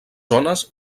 zones